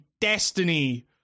Destiny